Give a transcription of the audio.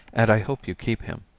and i hope you keep him.